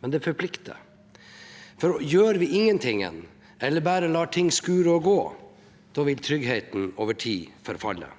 Men det forplikter. Gjør vi ikke noe eller bare lar det skure og gå, vil tryggheten over tid forfalle.